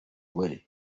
gore